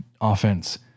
offense